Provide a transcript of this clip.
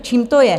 Čím to je?